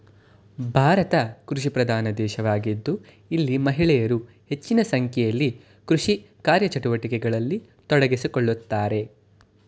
ಭಾರತ ಕೃಷಿಪ್ರಧಾನ ದೇಶವಾಗಿದ್ದು ಇಲ್ಲಿ ಮಹಿಳೆಯರು ಹೆಚ್ಚಿನ ಸಂಖ್ಯೆಯಲ್ಲಿ ಕೃಷಿ ಕಾರ್ಯಚಟುವಟಿಕೆಗಳಲ್ಲಿ ತೊಡಗಿಸಿಕೊಳ್ಳುತ್ತಾರೆ